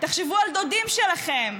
תחשבו על דודים שלכם,